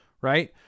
right